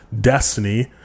destiny